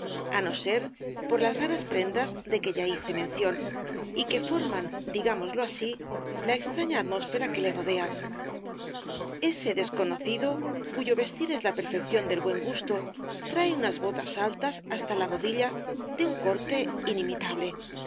á no ser por las raras prendas de que ya hice mención y que forman digámoslo así la extraña atmósfera que le rodea ese desconocido cuyo vestir es la perfección del buen gusto trae unas botas altas hasta la rodilla de un corte inimitable